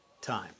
time